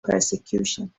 persecution